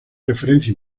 referencia